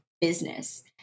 business